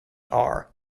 are